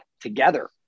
together